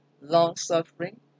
long-suffering